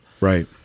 Right